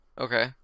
Okay